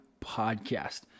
podcast